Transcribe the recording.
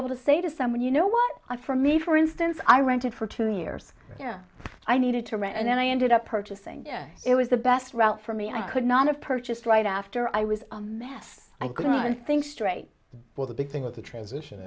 able to say to someone you know what i for me for instance i rented for two years yeah i needed to rent and then i ended up purchasing there it was the best route for me i could not have purchased right after i was a mess i couldn't think straight for the big thing with the transition